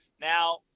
Now